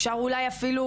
אפשר אולי אפילו,